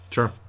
Sure